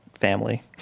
family